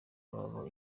babo